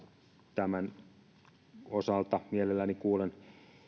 tämän osalta mielelläni kuulen